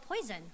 poison